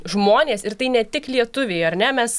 žmonės ir tai ne tik lietuviai ar ne mes